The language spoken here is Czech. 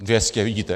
Dvě stě, vidíte.